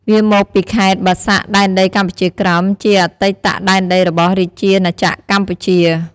វាមកពីខេត្ដបាសាក់ដែនដីកម្ពុជាក្រោម ជាអតីតដែនដីរបស់រាជាណាចក្រកម្ពុជា។